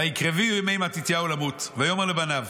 ויקרבו ימי מתתיהו למות ויאמר לבניו